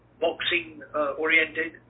boxing-oriented